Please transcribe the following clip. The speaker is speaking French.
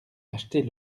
acheter